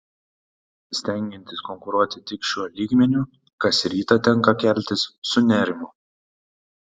stengiantis konkuruoti tik šiuo lygmeniu kas rytą tenka keltis su nerimu